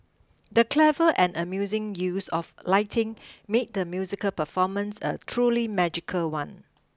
the clever and amusing use of lighting made the musical performance a truly magical one